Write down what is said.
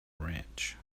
ranch